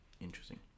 interesting